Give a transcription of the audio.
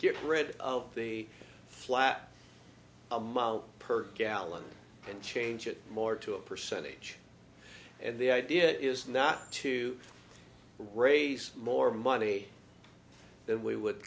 get rid of the flat a mile per gallon and change it more to a percentage and the idea is not to raise more money that we would